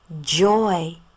joy